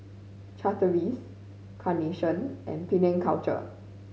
Chateraise Carnation and Penang Culture